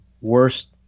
worst